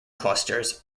clusters